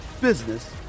business